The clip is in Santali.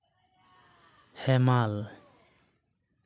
ᱦᱮᱢᱟᱞ